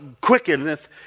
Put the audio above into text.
Quickeneth